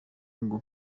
ngo